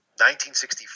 1965